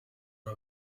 ari